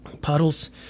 puddles